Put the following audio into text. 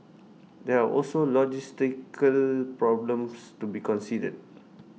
there are also logistical problems to be considered